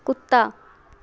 ਕੁੱਤਾ